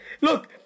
Look